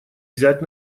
взять